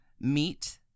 Meet